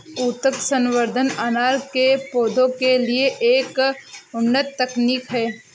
ऊतक संवर्धन अनार के पौधों के लिए एक उन्नत तकनीक है